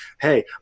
hey